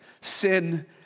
sin